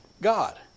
God